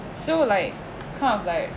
so like kind of like